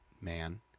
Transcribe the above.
man